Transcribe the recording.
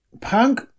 Punk